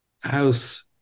house